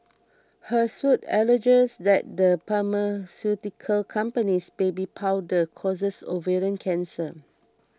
her suit alleges that the pharmaceutical company's baby powder causes ovarian cancer